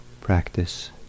practice